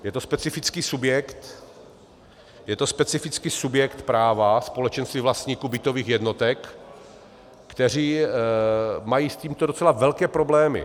Je to specifický subjekt, je to specifický subjekt práva, společenství vlastníků bytových jednotek, kteří mají s tímto docela velké problémy.